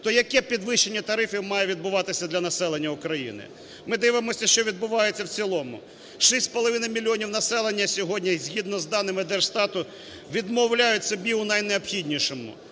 То яке підвищення тарифів має відбуватися для населення України? Ми дивимося, що відбувається в цілому. Шість з половиною мільйонів населення сьогодні згідно з данимиДержстату відмовляють собі в найнеобхіднішому,